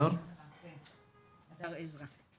הדר עזרא,